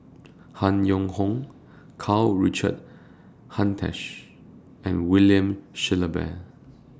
Han Yong Hong Karl Richard Hanitsch and William Shellabear